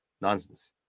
nonsense